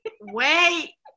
wait